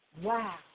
Wow